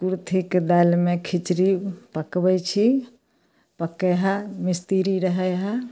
कुर्थीके दालिमे खिचड़ी पकबै छी पक्के है मिस्त्री रहै है